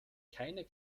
keiner